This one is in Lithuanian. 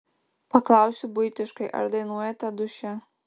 paklausiu buitiškai ar dainuojate duše